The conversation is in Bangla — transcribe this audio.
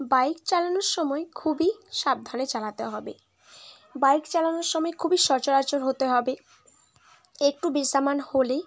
বাইক চালানোর সময় খুবই সাবধানে চালাতে হবে বাইক চালানোর সময় খুবই সচরাচর হতে হবে একটু বেসামাল হলেই